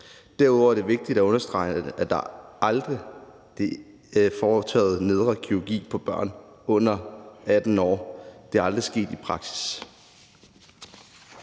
Derudover er det vigtigt at understrege, at der aldrig er foretaget nedre kirurgi på børn under 18 år. Det er aldrig sket i praksis.